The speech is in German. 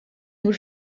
nur